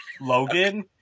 Logan